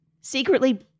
secretly